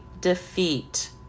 defeat